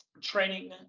training